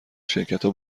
شرکتا